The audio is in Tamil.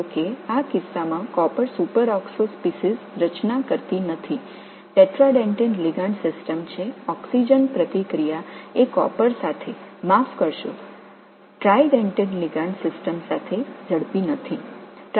இந்த சந்தர்ப்பங்களில் காப்பர் சூப்பராக்ஸோ இனங்கள் உருவாகவில்லை என்பதை நினைவில் கொள்க இவை டெட்ராடென்டேட் லிகாண்ட் அமைப்பு ஆக்ஸிஜன் வினைத்திறன் மன்னிக்கவும் ட்ரைடனேட் லிகாண்ட் அமைப்புகளுடன் காப்பர் வேகமாக இல்லை